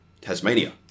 Tasmania